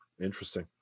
Interesting